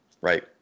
right